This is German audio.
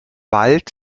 wald